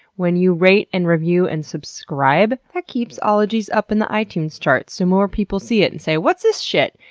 when you rate and review and subscribe. that keeps ologies up in the itunes charts so more people see it and say, what's this shit?